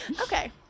Okay